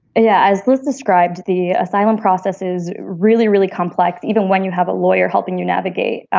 yeah as lewis described, the asylum process is really, really complex. even when you have a lawyer helping you navigate,